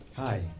Hi